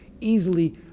easily